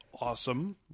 awesome